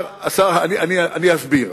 אני אסביר.